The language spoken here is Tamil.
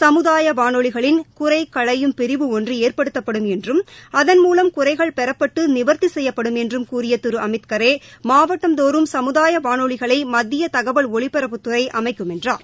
சமுதாய வானொலிகளின் களையும் பிரிவு ஒன்று ஏற்படுத்தப்படும் என்றும் அதன் மூலம் குறைகள் பெறப்பட்டு நிவர்த்தி செய்யப்படும் என்றும் கூறிய திரு அமித்கரே மாவட்டந்தோறும் கமுதாய வானொலிகளை மத்திய தகவல் ஒலிபரப்புத்துறை அமைக்கும் என்றார்